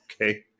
Okay